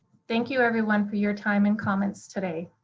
thank you everyone for your time and comments today.